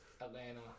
Atlanta